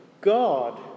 God